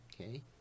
Okay